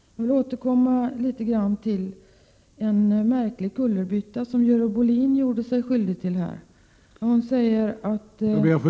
Jag vill återkomma till en märklig kullerbytta som Görel Bohlin gjorde sig skyldig till i sitt anförande.